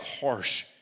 harsh